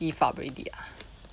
give up already ah